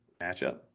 matchup